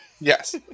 Yes